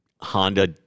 Honda